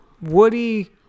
Woody